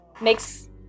makes